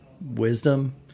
wisdom